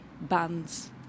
bands